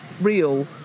real